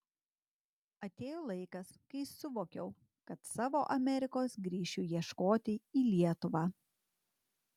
atėjo laikas kai suvokiau kad savo amerikos grįšiu ieškoti į lietuvą